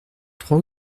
trois